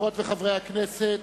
חברות וחברי הכנסת,